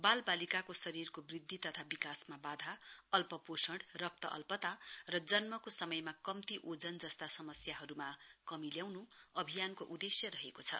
बाल बालिकाको शरीरको वृद्धि तथा विकासमा वाधा अल्पपोषण रक्त अल्पता र जन्मको समयमा कम्ती वजन जस्ता समस्याहरूमा कमी ल्याउनु अभियानको उद्देश्य रहेको छ